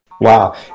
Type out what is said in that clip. Wow